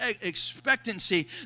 expectancy